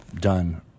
done